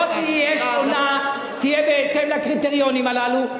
לא תהיה שונה, תהיה בהתאם לקריטריונים הללו.